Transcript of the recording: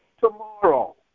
tomorrow